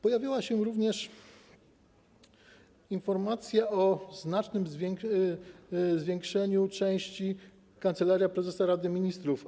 Pojawiła się również informacja o znacznym zwiększeniu części: Kancelaria Prezesa Rady Ministrów.